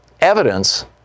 evidence